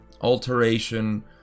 alteration